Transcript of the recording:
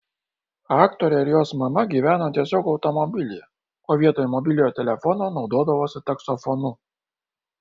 aktorė ir jos mama gyveno tiesiog automobilyje o vietoj mobiliojo telefono naudodavosi taksofonu